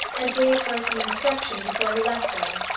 and gave her some instruction before he left her.